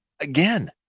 Again